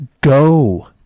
go